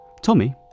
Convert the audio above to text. Tommy